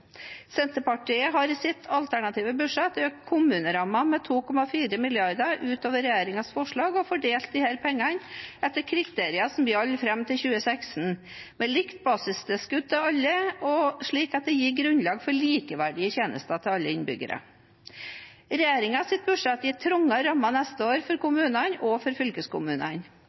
Senterpartiet har i sitt alternative budsjett økt kommunerammen med 2,4 mrd. kr ut over regjeringens forslag og har fordelt disse pengene etter kriterier som gjaldt fram til 2016, med likt basistilskudd til alle, slik at det gir grunnlag for likeverdige tjenester til alle innbyggere. Regjeringens budsjett gir trangere rammer neste år for kommunene og for fylkeskommunene.